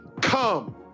come